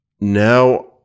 Now